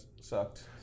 sucked